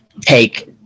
take